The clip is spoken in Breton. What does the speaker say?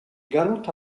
gallout